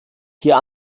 hier